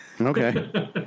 Okay